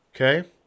Okay